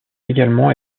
également